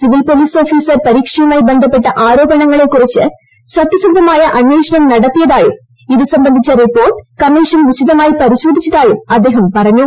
civil police officer പരീക്ഷയുമായി ബന്ധപ്പെട്ട ആരോപണങ്ങളെക്കുറിച്ച് സത്യസന്ധമായ അന്വേഷണം നടത്തിയതായും ഇതുസംബന്ധിച്ച റിപ്പോർട്ട് കമ്മീഷൻ വിശദമായി പരിശോധിച്ചതായും അദ്ദേഹം പറഞ്ഞു